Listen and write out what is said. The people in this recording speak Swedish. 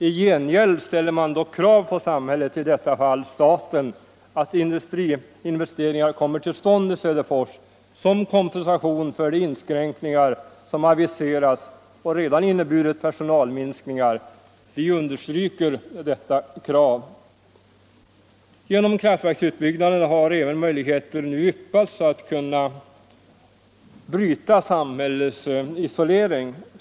I gengäld ställer man dock det kravet på samhället — i detta fall staten — att industriinvesteringar kommer till stånd i Söderfors som kompensation för de inskränkningar som aviserats och som redan inneburit personalminskning. Vi understryker detta krav. Genom kraftverksutbyggnaden har även möjligheter yppats att bryta samhällets isolering.